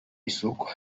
isoko